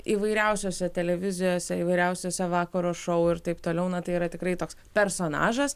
įvairiausiose televizijose įvairiausiose vakaro šou ir taip toliau na tai yra tikrai toks personažas